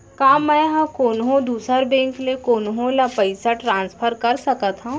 का मै हा कोनहो दुसर बैंक ले कोनहो ला पईसा ट्रांसफर कर सकत हव?